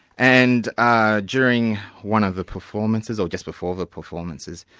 and ah during one of the performances, or just before the performances,